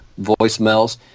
voicemails